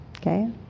Okay